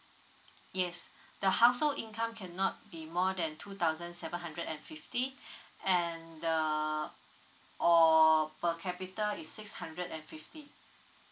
yes the household income cannot be more than two thousand seven hundred and fifty and err or per capital is six hundred and fifty